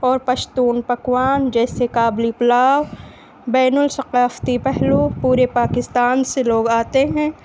اور پشتون پکوان جیسے کابلی پلاؤ بین الثقافتی پہلو پورے پاکستان سے لوگ آتے ہیں